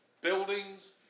buildings